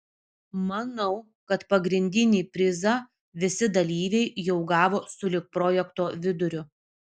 manau kad pagrindinį prizą visi dalyviai jau gavo sulig projekto viduriu